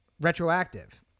retroactive